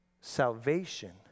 Salvation